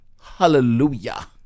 Hallelujah